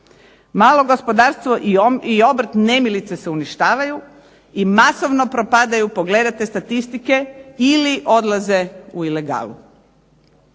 Malo gospodarstvo i obrt nemilice se uništavaju i masovno propadaju, pogledajte statistike, ili odlaze u ilegalu.